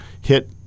hit